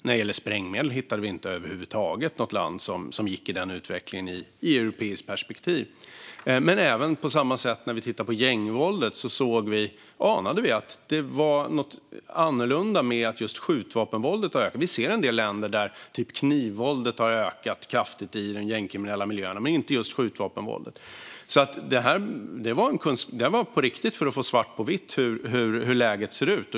När det gällde sprängmedel hittade vi inte över huvud taget något land som hade samma utveckling i ett europeiskt perspektiv. Även när vi tittade på gängvåldet anade vi att det var något annorlunda med att just skjutvapenvåldet har ökat. Vi ser en del länder där knivvåldet har ökat kraftigt i de gängkriminella miljöerna, men inte just skjutvapenvåldet. Det var alltså på riktigt för att få svart på vitt om hur läget ser ut.